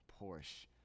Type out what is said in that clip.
Porsche